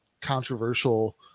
controversial